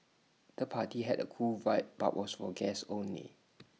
the party had A cool vibe but was for guests only